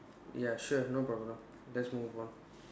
ya sure no problem let's move on